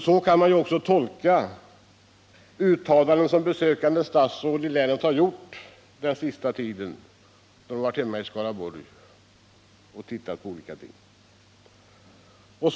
Så kan man också tolka uttalanden som besökande statsråd gjort då de under den senaste tiden varit i Skaraborg och studerat olika saker.